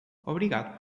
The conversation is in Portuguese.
obrigado